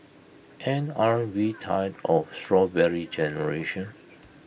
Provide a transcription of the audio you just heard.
and aren't we tired of Strawberry Generation